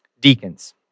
deacons